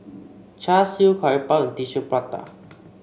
Char Siu Curry Puff and Tissue Prata